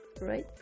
right